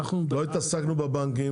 לא התעסקנו בבנקים,